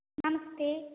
नमस्ते